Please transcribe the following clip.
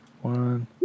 One